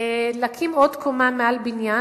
להקים עוד קומה מעל בניין,